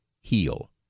Heal